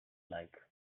like